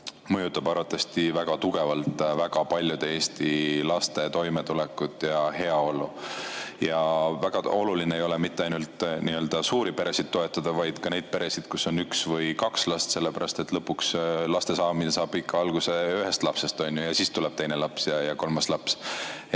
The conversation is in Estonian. mõjutab arvatavasti väga tugevalt väga paljude Eesti laste toimetulekut ja heaolu. Oluline ei ole mitte ainult suuri peresid toetada, vaid ka neid peresid, kus on üks või kaks last, sellepärast et lõpuks algab laste saamine ikkagi ühest lapsest, on ju, ja siis tuleb teine laps ja kolmas laps.